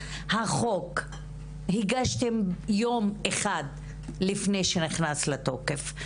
החוק הגשתם יום אחד לפני שהוא היה צריך להיכנס לתוקף,